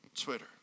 Twitter